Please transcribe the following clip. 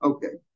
Okay